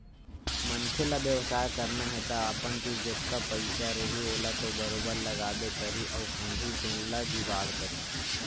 मनखे ल बेवसाय करना हे तअपन तीर जतका पइसा रइही ओला तो बरोबर लगाबे करही अउ खंगही तेन ल जुगाड़ करही